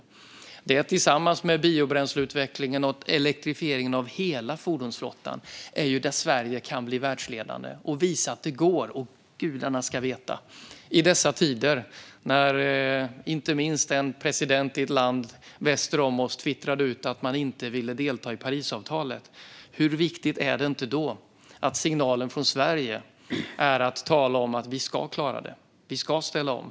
I detta tillsammans med biobränsleutvecklingen och elektrifieringen av hela fordonsflottan kan Sverige bli världsledande och visa att det går. Och gudarna ska veta att det behövs! I dessa tider när inte minst en president i ett land väster om oss har twittrat ut att man inte ville delta i Parisavtalet - hur viktigt är det inte då att signalen från Sverige är att tala om att vi ska klara detta och att vi ska ställa om?